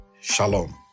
Shalom